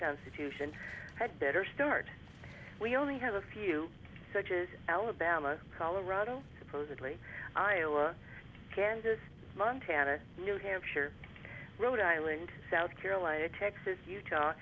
sion had better start we only have a few touches alabama colorado supposedly iowa kansas montana new hampshire rhode island south carolina texas utah